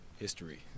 History